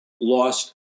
lost